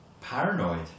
paranoid